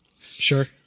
Sure